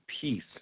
peace